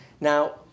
Now